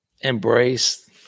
embrace